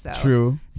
True